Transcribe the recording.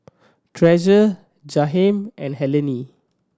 Treasure Jaheim and Helene